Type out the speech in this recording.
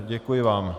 Děkuji vám.